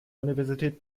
universität